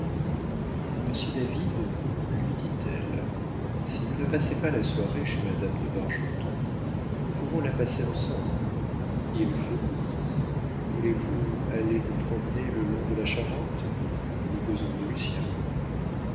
david lui dit-elle si vous ne passez pas la soirée chez madame de bargeton nous pouvons la passer ensemble il fait beau voulez-vous aller nous promener le long de la charente nous causerons de lucien